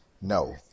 No